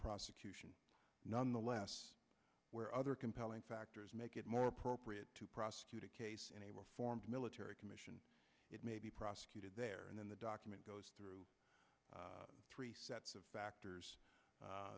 prosecution nonetheless where other compelling factors make it more appropriate to prosecute or form military commission it may be prosecuted there and then the document goes through three sets of factors